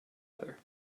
other